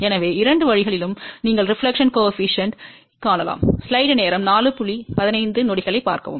எனவே இரண்டு வழிகளிலும் நீங்கள் பிரதிபலிப்பு குணகத்தைக் காணலாம்